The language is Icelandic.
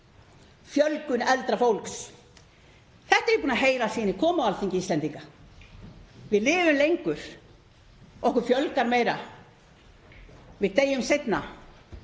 fjölgun eldra fólks. Þetta er ég búin að heyra síðan ég kom á Alþingi Íslendinga. Við lifum lengur, okkur fjölgar meira og við deyjum seinna.